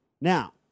Now